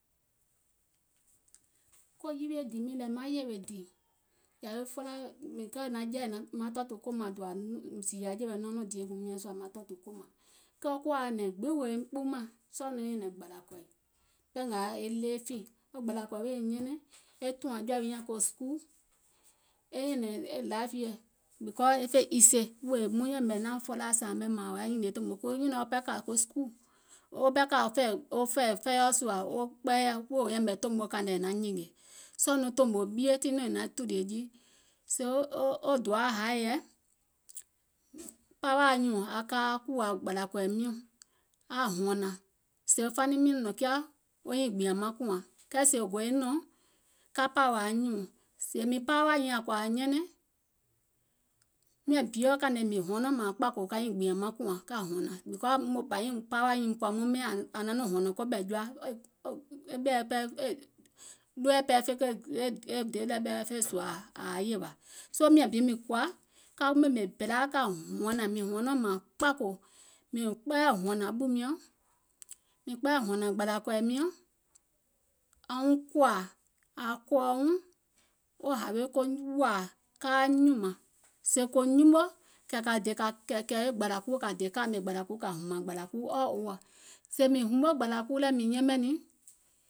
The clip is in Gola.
Ko yiwie dìì miìŋ, maŋ yèwè dìì yȧwi felaa wɛɛ̀ yɔ because è naŋ jɛi naŋ tɔ̀ɔ̀tù kòmaŋ, dòȧ zììyȧ jɛ̀wɛ̀ nɔɔnɔŋ dièguùŋ miɔ̀ŋ sùȧ maŋ tɔ̀ɔ̀tù kòmaŋ, kɛɛ wo kuwȧ wa nɛ̀ŋ gbiŋ wèè woim kpuumȧŋ sɔɔ̀ nɔŋ e nyɛ̀nɛ̀ŋ gbȧlȧ kɔ̀ì pangȧȧ e living, e gbȧlȧ kɔ̀ì lii è nyɛnɛŋ e tùȧŋ jɔ̀ȧ wi nyȧŋ ko school, e nyɛ̀nɛ̀ŋ e life wiɛ̀ because e fè easy, muŋ yɛ̀mɛ̀ naȧŋ felaa sȧȧmɛ mȧȧŋ wò yaȧ nyìnìè tòmò kui nyùnɔ̀ɔŋ ɓɛɛ kȧ ko school wo ɓɛɛ kȧ fɛiɔ̀ wo kpɛɛyɛ̀ wèè wo yɛ̀mɛ̀ tòmò kȧìŋ nɛ è naŋ nyìngè, sɔɔ̀ nɔŋ tòmò ɓie tiŋ nɔŋ è naŋ tùlìè jii, sèè o doȧa haì yɛi, mìŋ paawȧ anyùùŋ aŋ ka aŋ kùwȧ gbȧlȧ kɔ̀ì miɔ̀ŋ aŋ hɔ̀nȧŋ, sèè faniŋ miɔ̀ŋ nɔ̀ŋ kiȧ, wo nyiŋ gbìȧŋ maŋ kùȧŋ kɛɛ sèè wò goi nɔ̀ŋ, ka pȧȧwȧ anyùùŋ, sèè mìŋ paawà nyìŋ ȧŋ kɔ̀ȧ ȧŋ nyɛnɛŋ, miȧŋ biɔ̀ kȧnɔ̀ɔŋ mìŋ hɔnɔŋ mȧȧŋ kpȧkòò ka nyiŋ gbìȧŋ maŋ kùȧŋ ka hɔ̀nȧŋ because aŋ bȧ nyiŋ paawà nyìŋ mùŋ kɔ̀ȧ yɛmɛ̀ nyiŋ ȧŋ naŋ nɔŋ hɔ̀nɔ̀ŋ ɓɛ̀ jɔa, soo miȧŋ bi mìŋ kɔ̀ȧ ka ɓèmè bèlaa ka hɔ̀nàŋ mìŋ hɔnɔŋ mȧȧŋ kpȧkòò mìŋ kpɛɛyɛ̀ hɔ̀nȧŋ ɓù miɔ̀ŋ mìŋ kpɛɛyɛ̀ hɔ̀nȧŋ gbȧlȧ kɔ̀ì miɔ̀ŋ, aŋ wuŋ kɔ̀ȧȧ, ȧŋ kɔ̀ɔ̀ wuŋ, ko hawe ko wòȧ kaa nyùmȧŋ, sèè kò nyumo kɛ̀ kȧ dè kȧȧmè gbàlȧ kuu kȧ hùmȧŋ gbȧlȧ kuu all over, sèè mìŋ humo gbȧlȧ kuu lɛ̀ mìŋ yɛmɛ̀ niìŋ,